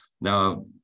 Now